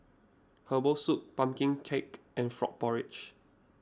Herbal Soup Pumpkin Cake and Frog Porridge